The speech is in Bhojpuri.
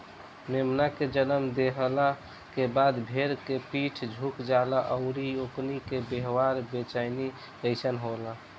मेमना के जनम देहला के बाद भेड़ के पीठ झुक जाला अउरी ओकनी के व्यवहार बेचैनी जइसन होला